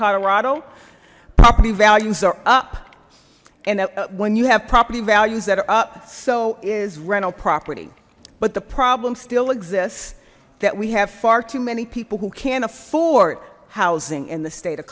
colorado property values are up and when you have property values that are up so is rental property but the problem still exists that we have far too many people who can't afford housing in the state of